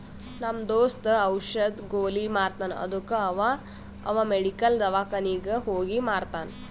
ನಮ್ ದೋಸ್ತ ಔಷದ್, ಗೊಲಿ ಮಾರ್ತಾನ್ ಅದ್ದುಕ ಅವಾ ಅವ್ ಮೆಡಿಕಲ್, ದವ್ಕಾನಿಗ್ ಹೋಗಿ ಮಾರ್ತಾನ್